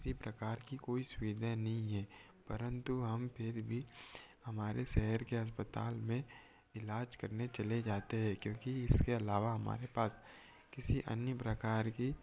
किसी प्रकार की कोई सुविधा नहीं है परन्तु हम फिर भी हमारे शहर के अस्पताल में ईलाज करने चले जाते हैं क्योंकि इसके अलावा हमारे पास किसी अन्य प्रकार की